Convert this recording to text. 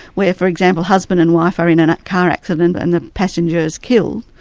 where for example husband and wife are in a car accident, and the passenger is killed,